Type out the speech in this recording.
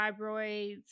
fibroids